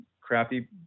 crappy